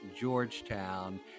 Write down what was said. Georgetown